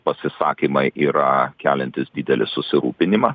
pasisakymai yra keliantys didelį susirūpinimą